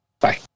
bye